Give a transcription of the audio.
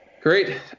Great